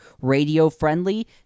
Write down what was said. radio-friendly